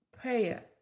Prayer